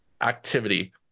activity